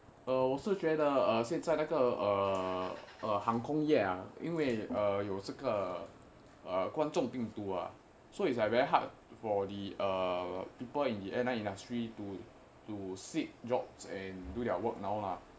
哦我是觉得现在那个呃航空业呀因为呃有这个呃观众病毒啊:o wo shi jue de xian zai na ge eai hang kong ye ya yin wei eai you zhe ge eai guan zhong bing du a so it's like very hard for the err people in the airline industry to to seek jobs and do their work now lah